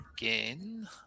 again